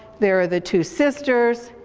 there are the two sisters,